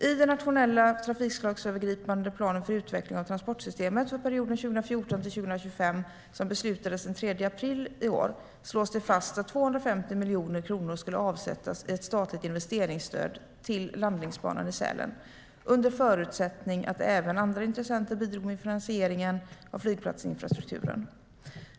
I den nationella trafikslagsövergripande planen för utveckling av transportsystemet för perioden 2014-2025, som beslutades den 3 april i år, slås det fast att 250 miljoner kronor skulle avsättas i ett statligt investeringsstöd till landningsbanan i Sälen, under förutsättning att även andra intressenter bidrog med finansieringen av flygplatsinfrastrukturen.